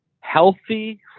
healthy